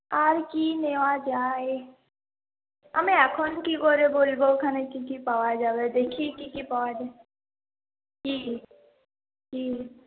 আর কি নেওয়া যায় আমি এখন কি করে বলবো ওখানে কি কি পাওয়া যাবে দেখি কি কি পাওয়া যায় কি কি